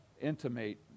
intimate